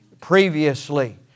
previously